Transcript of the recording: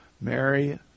Mary